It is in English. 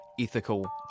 ethical